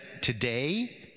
today